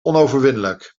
onoverwinnelijk